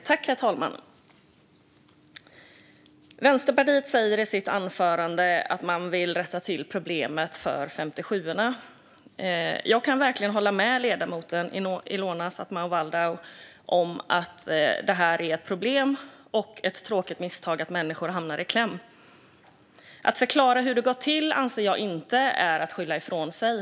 Herr talman! Vänsterpartiet säger i sitt anförande att de vill rätta till problemet för 57:orna. Jag kan verkligen hålla med ledamoten Ilona Szatmári Waldau om att det är ett problem och ett tråkigt misstag att människor hamnat i kläm. Att förklara hur det gått till anser jag inte är att skylla ifrån sig.